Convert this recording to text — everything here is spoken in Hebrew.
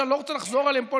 שאני לא רוצה לחזור עליהן פה,